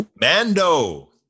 Mando